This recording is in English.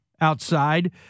outside